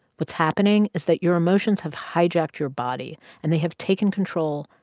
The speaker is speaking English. what's happening is that your emotions have hijacked your body, and they have taken control,